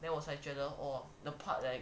then 我才觉得 oh the part that I